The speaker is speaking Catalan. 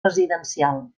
residencial